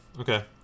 Okay